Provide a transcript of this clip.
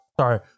sorry